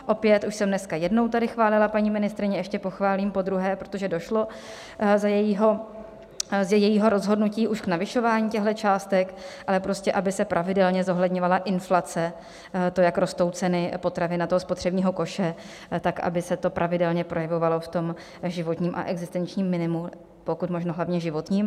Opět, už jsem dneska jednou tady chválila paní ministryni, ještě ji pochválím podruhé, protože došlo z jejího rozhodnutí už k navyšování těchto částek, ale prostě aby se pravidelně zohledňovala inflace, to, jak rostou ceny potravin a spotřebního koše, tak aby se to pravidelně projevovalo v životním a existenčním minimu, pokud možno hlavně životním.